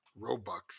Robux